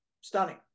stunning